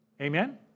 Amen